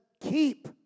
keep